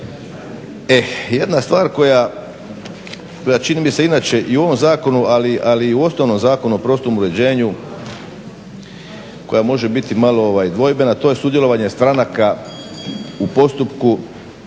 E jedna stvar koja čini mi se inače i u ovom zakonu ali i u osnovnom zakonu o prostornom uređenju koja može biti malo dvojbena to je sudjelovanje stranaka u postupku.